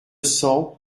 cents